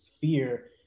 fear